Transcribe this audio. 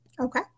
Okay